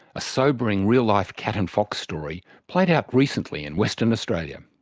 a sobering real-life cat and fox story, played out recently in western australia.